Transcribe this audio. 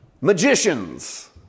Magicians